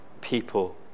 people